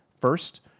First